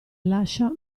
lascia